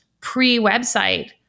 pre-website